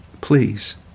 Please